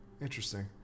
Interesting